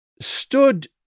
stood